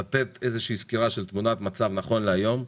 לתת איזושהי סקירה של תמונת מצב נכון להיום,